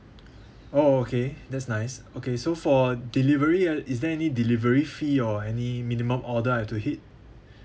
oh okay that's nice okay so for delivery ah is there any delivery fee or any minimum order I've to hit